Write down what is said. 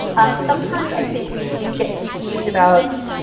sometimes i think we do get confused about